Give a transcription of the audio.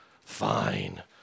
Fine